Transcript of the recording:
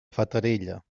fatarella